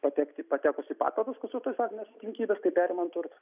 patekti patekus į patalpas konstatuotos faktinės aplinkybės tai perimant turtą